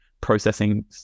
processing